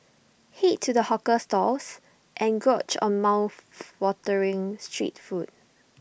Head to the hawker stalls and gorge on mouthwatering street food